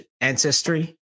ancestry